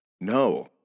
No